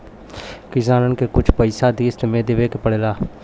किसानन के कुछ पइसा किश्त मे देवे के पड़ेला